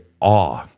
awe